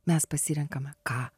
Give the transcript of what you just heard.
mes pasirenkame ką